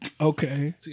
Okay